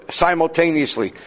simultaneously